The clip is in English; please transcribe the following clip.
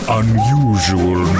unusual